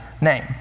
name